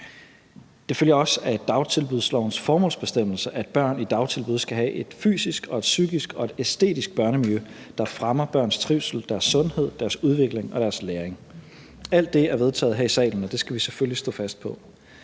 Det følger også af dagtilbudslovens formålsbestemmelse, at børn i dagtilbud skal have et fysisk og et psykisk og et æstetisk børnemiljø, der fremmer børns trivsel, deres sundhed, deres udvikling og deres læring. Alt det er vedtaget her i salen, og det skal vi selvfølgelig stå fast på.